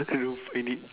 I don't find it